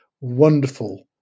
wonderful